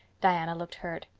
diana looked hurt.